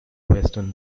western